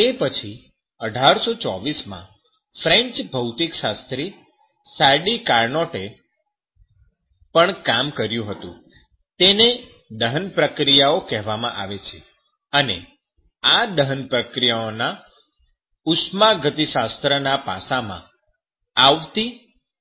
તે પછી 1824 માં ફ્રેન્ચ ભૌતિકશાસ્ત્રી સાદિ કર્નોટે પણ કામ કર્યું હતું તેને દહન પ્રક્રિયા ઓ કહેવામાં આવે છે અને આ દહન પ્રક્રિયાઓના ઉષ્માગતિશાસ્ત્ર ના પાસામાં આવતી